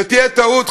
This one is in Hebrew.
זאת תהיה טעות,